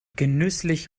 genüsslich